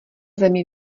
zemi